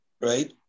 right